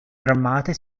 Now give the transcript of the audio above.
armate